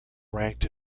ranked